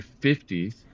50s